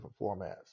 formats